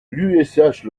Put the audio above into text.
l’ush